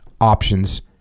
options